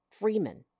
Freeman